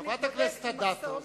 חברת הכנסת אדטו,